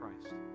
Christ